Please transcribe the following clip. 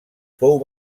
fou